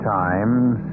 times